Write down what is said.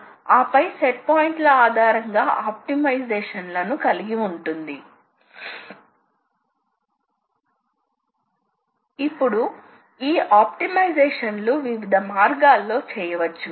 మరియు మీరు మూడుకి వెళ్లాలనుకుంటే మీరు X 300 చేయాలి మరియు తరువాత మూడు నుండి ఒకటి వరకు X 200 చేయాలి కాబట్టి మీరు ఈ మార్గంలో వెళ్ళాలి